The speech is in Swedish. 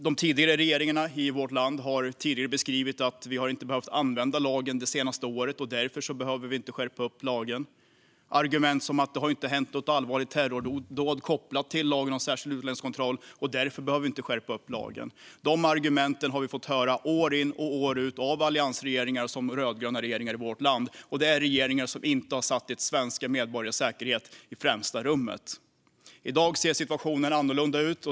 De tidigare regeringarna i vårt land har beskrivit det som att vi inte har behövt använda lagen det senaste året och därför behöver vi inte heller skärpa den. Argument som att det inte har hänt något allvarligt terrordåd kopplat till lagen om särskild utlänningskontroll och därför behöver vi inte skärpa lagen har vi fått höra år in och år ut från såväl alliansregeringar som rödgröna regeringar i vårt land. Det är regeringar som inte har satt svenska medborgares säkerhet i främsta rummet. I dag ser situationen annorlunda ut.